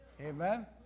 Amen